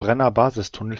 brennerbasistunnel